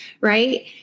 right